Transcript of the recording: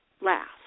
last